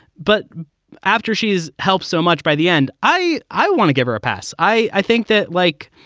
but after she's helped so much by the end, i i want to give her a pass. i i think that, like,